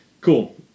cool